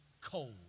cold